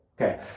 Okay